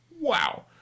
wow